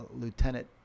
Lieutenant